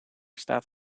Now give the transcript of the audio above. staat